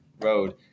road